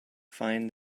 find